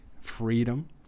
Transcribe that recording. freedom